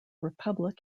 republic